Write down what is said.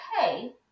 okay